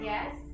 Yes